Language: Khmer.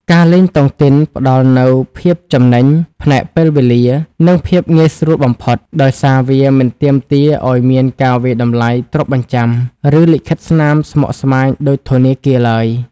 ការលេងតុងទីនផ្ដល់នូវភាពចំណេញផ្នែកពេលវេលា និងភាពងាយស្រួលបំផុត ដោយសារវាមិនទាមទារឱ្យមានការវាយតម្លៃទ្រព្យបញ្ចាំ ឬលិខិតស្នាមស្មុគស្មាញដូចធនាគារឡើយ។